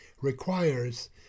requires